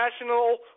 National